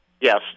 Yes